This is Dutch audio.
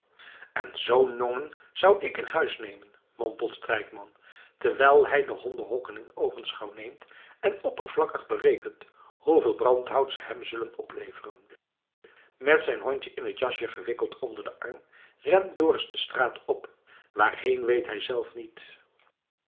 en zoo'n jongen zou ik in huis nemen mompelt strijkman terwijl hij de hondenhokken in oogenschouw neemt en oppervlakkig berekent hoeveel brandhout ze hem zullen opleveren met zijn hondje in het jasje gewikkeld onder den arm rent dorus de straat op waarheen weet hij zelf niet